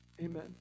amen